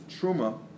truma